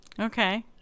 Okay